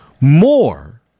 more